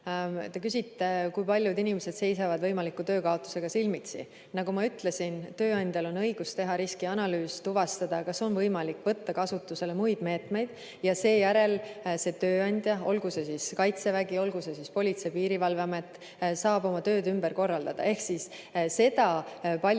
Te küsite, kui paljud inimesed seisavad võimaliku töökaotusega silmitsi. Nagu ma ütlesin, tööandjal on õigus teha riskianalüüs ja tuvastada, kas on võimalik võtta kasutusele muid meetmeid. Seejärel saab tööandja, olgu see siis Kaitsevägi või Politsei‑ ja Piirivalveamet, oma tööd ümber korraldada. Ehk seda numbrit,